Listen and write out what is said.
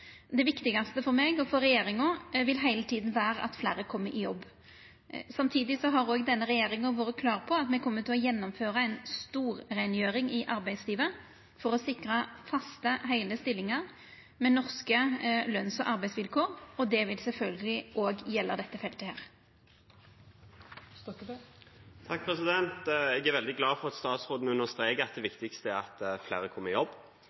Det viktigaste for meg og regjeringa vil heile tida vera at fleire kjem i jobb. Samtidig har òg denne regjeringa vore klar på at me kjem til å gjennomføra ei storreingjering i arbeidslivet for å sikra faste heile stillingar med norske løns- og arbeidsvilkår. Det vil sjølvsagt òg gjelda dette feltet. Jeg er veldig glad for at statsråden understreker at det viktigste er at flere kommer i jobb.